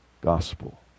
gospel